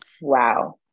Wow